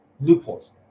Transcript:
loopholes